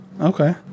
Okay